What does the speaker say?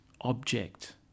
object